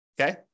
Okay